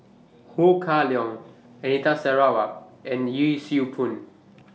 Ho Kah Leong Anita Sarawak and Yee Siew Pun